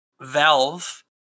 Valve